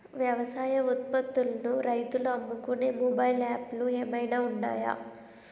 వ్యవసాయ ఉత్పత్తులను రైతులు అమ్ముకునే మొబైల్ యాప్ లు ఏమైనా ఉన్నాయా?